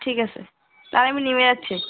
ঠিক আছে তাহলে আমি নেমে যাচ্ছি